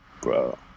Bro